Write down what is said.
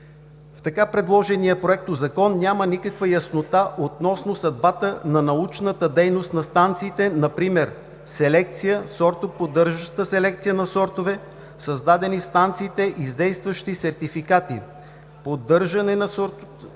„В така предложения Проектозакон няма никаква яснота относно съдбата на научната дейност на станциите – например селекция, сортоподдържаща селекция на сортове, създадени в станциите и с действащи сертификати; поддържане на асортиментни